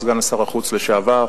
סגן שר החוץ לשעבר,